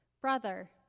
brother